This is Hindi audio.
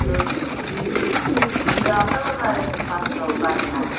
तो ज़्यादा बता रही हो पाँच सौ बाल का